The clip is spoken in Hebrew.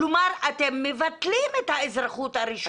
כלומר אתם מבטלים את האזרחות הרשומה אצלכם.